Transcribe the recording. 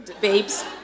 babes